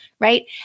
right